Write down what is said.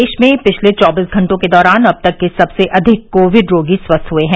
देश में पिछले चौबीस घंटों के दौरान अब तक के सबसे अधिक कोविड रोगी स्वस्थ हुए हैं